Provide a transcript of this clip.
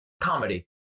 comedy